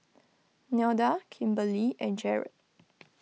Nelda Kimberlie and Jerrad